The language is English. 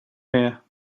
here